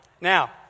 Now